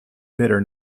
bitter